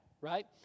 right